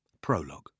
Prologue